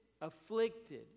afflicted